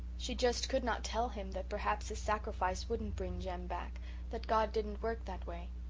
she just could not tell him that perhaps his sacrifice wouldn't bring jem back that god didn't work that way.